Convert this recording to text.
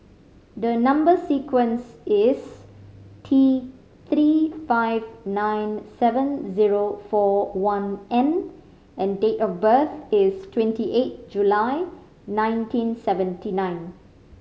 the number sequence is T Three five nine seven zero four one N and date of birth is twenty eight July nineteen seventy nine